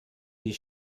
die